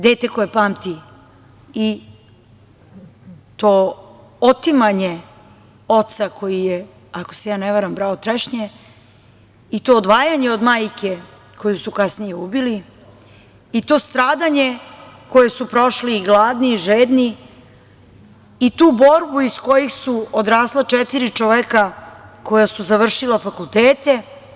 Dete koje pamti i to otimanje oca koji je, ako se ja ne varam, brao trešnje i to odvajanje od majke, koju su kasnije ubili i to stradanje koje su prošli i gladni i žedni i tu borbu iz koje su odrasla četiri čoveka, koja su završila fakultete.